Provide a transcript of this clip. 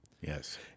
Yes